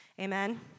amen